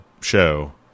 show